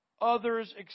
others